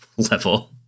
level